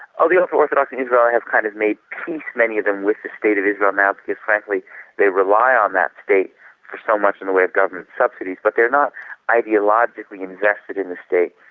ah the ultra orthodox of israel have kind of made peace, many of them, with the state of israel now because frankly they rely on that state for so much in the way of government subsidies. but they're not ideologically invested in the state.